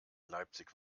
leipzig